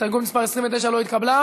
הסתייגות מס' 29 לא התקבלה.